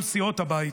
כל סיעות הבית?